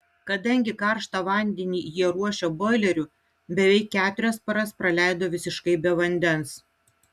kadangi karštą vandenį jie ruošia boileriu beveik keturias paras praleido visiškai be vandens